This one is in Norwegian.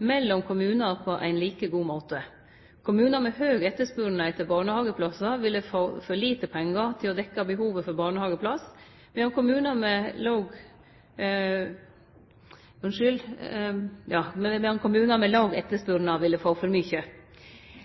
mellom kommunane på ein like god måte. Kommunar med høg etterspurnad etter barnehageplassar ville fått for lite pengar til å dekkje behovet for barnehageplass, medan kommunar med låg etterspurnad ville fått for mykje.